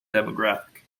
demographic